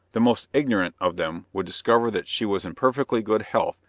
the most ignorant of them would discover that she was in perfectly good health,